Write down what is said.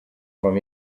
from